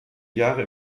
jahre